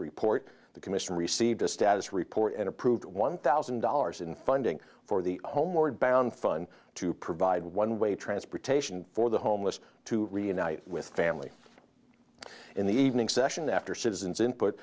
report the commission received a status report and approved one thousand dollars in funding for the homeward bound fun to provide one way transportation for the homeless to reunite with family in the evening session after citizens input